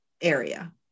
area